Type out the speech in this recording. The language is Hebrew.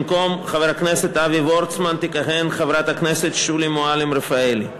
במקום חבר הכנסת אבי וורצמן תכהן חברת הכנסת שולי מועלם-רפאלי.